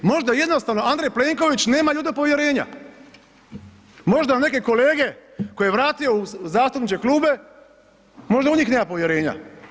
Možda jednostavno Andrej Plenković nema ljude od povjerenja, možda neke kolege koje je vratio u zastupničke klupe možda u njih nema povjerenja.